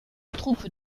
troupe